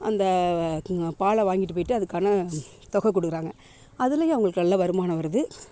அந்த பாலை வாங்கிட்டு போய்ட்டு அதுக்கான தொகை கொடுக்குறாங்க அதிலியும் அவங்களுக்கு நல்ல வருமானம் வருது